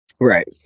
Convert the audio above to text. Right